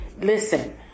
listen